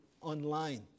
online